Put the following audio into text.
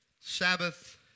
Sabbath